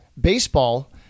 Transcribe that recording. baseball